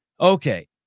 Okay